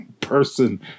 person